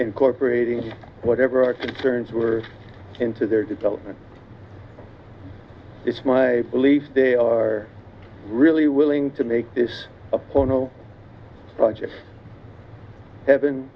incorporating whatever our concerns were into their development it's my belief they are really willing to make this a porno project heaven